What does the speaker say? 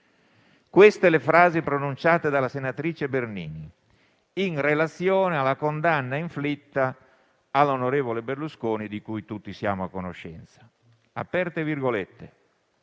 Queste le frasi pronunciate dalla senatrice Bernini in relazione alla condanna inflitta all'onorevole Berlusconi, di cui tutti siamo a conoscenza: «Un accanimento